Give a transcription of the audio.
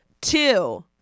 Two